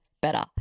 better